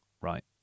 Right